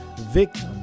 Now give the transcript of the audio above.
victim